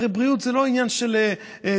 הרי בריאות זה לא עניין של דת,